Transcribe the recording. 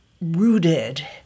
rooted